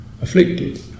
afflicted